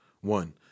one